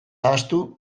ahaztu